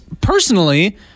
Personally